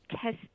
test